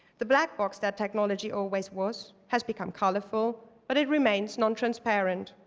the black box that technology always was has become colorful, but it remains non-transparent.